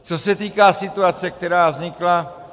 Co se týká situace, která vznikla.